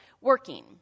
working